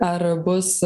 ar bus